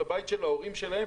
לבית של ההורים שלהם,